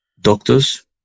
doctors